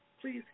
please